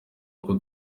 uko